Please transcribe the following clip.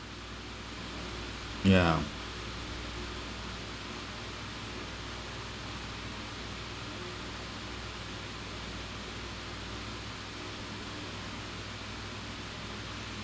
yeah